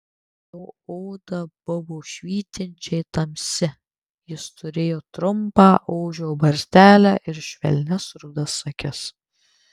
jo oda buvo švytinčiai tamsi jis turėjo trumpą ožio barzdelę ir švelnias rudas akis